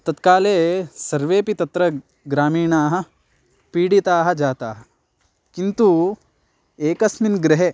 तत्काले सर्वेऽपि तत्र ग्रामीणाः पीडिताः जाताः किन्तु एकस्मिन् गृहे